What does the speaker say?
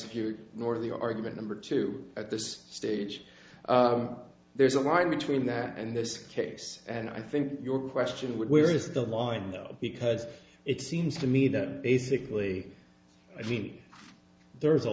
cute nor the argument number two at this stage there's a line between that and this case and i think your question would where is the line though because it seems to me that basically i mean there's a